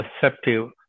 perceptive